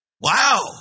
Wow